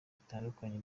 bitandukanye